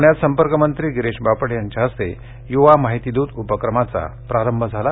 पुण्यात संपर्क मंत्री गिरीश बापट यांच्या हस्ते युवा माहिती दूत उपक्रमाचा प्रारंभ झाला